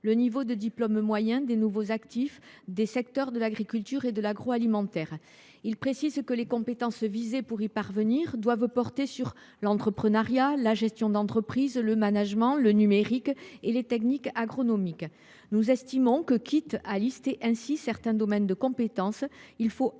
le niveau de diplôme moyen des nouveaux actifs des secteurs de l’agriculture et de l’agroalimentaire à l’horizon 2030. Il précise que les compétences visées doivent porter sur l’entrepreneuriat, la gestion d’entreprises, le management, le numérique et les techniques agronomiques. Dès lors que l’on choisit de lister ainsi certains domaines de compétences, nous estimons